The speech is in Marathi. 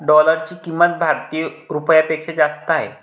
डॉलरची किंमत भारतीय रुपयापेक्षा जास्त आहे